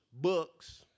books